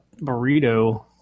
burrito